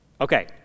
Okay